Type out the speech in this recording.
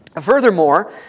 Furthermore